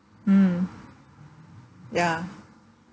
mm ya